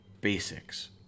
basics